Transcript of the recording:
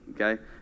Okay